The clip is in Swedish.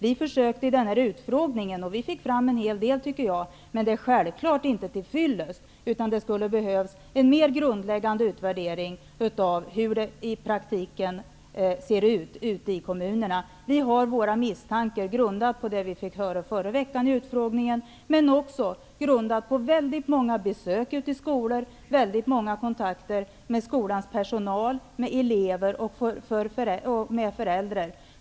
I utfrågningen försökte vi, och vi fick fram en hel del. Men det är självfallet inte till fyllest. Det skulle behövas en mer grundläggande utvärdering av hur det i praktiken ser ut i kommunerna. Vi har våra misstankar som grundar sig på det vi fick höra vid utfrågningen förra veckan men också på vad som framkommit vid väldigt många besök på skolor och vid kontakter med skolans personal, elever och deras föräldrar.